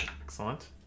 Excellent